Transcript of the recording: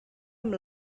amb